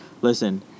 listen